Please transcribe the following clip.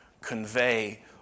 convey